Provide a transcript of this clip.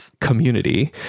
community